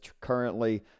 currently